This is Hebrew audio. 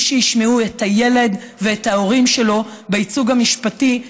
שישמעו את הילד ואת ההורים שלו בייצוג המשפטי,